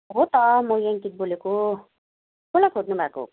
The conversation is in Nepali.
हो त म याङ्कित बोलेको कसलाई खोज्नु भएको